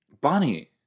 Bonnie